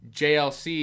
jlc